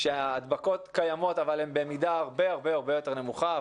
שההדבקות קיימות אבל הן במידה הרבה הרבה יותר נמוכה,